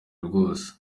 rwose